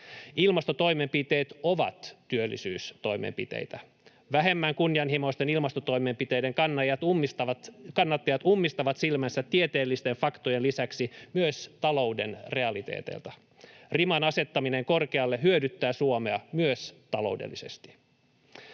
Ilmastotoimenpiteet ovat työllisyystoimenpiteitä. Vähemmän kunnianhimoisten ilmastotoimenpiteiden kannattajat ummistavat silmänsä tieteellisten faktojen lisäksi myös talouden realiteeteilta. Riman asettaminen korkealle hyödyttää Suomea myös taloudellisesti.